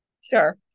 sure